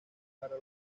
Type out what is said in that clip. para